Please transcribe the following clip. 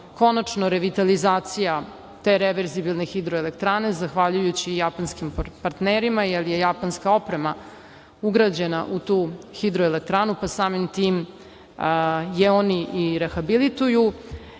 konačno revitalizacija te reverzibilne hidroelektrane, zahvaljujući japanskim partnerima, jer je japanska oprema ugrađena u tu hidroelektranu, pa samim tim je oni i rehabilituju.